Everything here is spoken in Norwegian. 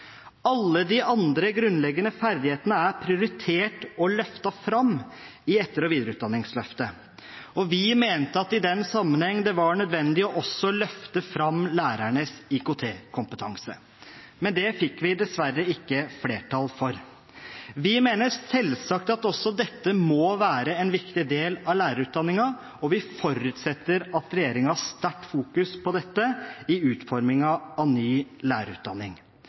Alle de andre grunnleggende ferdighetene er prioritert og løftet fram i etter- og videreutdanningsløftet, og vi mente at det i den sammenheng var nødvendig også å løfte fram lærernes IKT-kompetanse. Men det fikk vi dessverre ikke flertall for. Vi mener selvsagt at også dette må være en viktig del av lærerutdanningen, og vi forutsetter at regjeringen fokuserer sterkt på dette i utformingen av ny lærerutdanning.